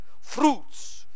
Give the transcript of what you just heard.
fruits